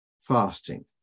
fasting